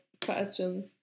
questions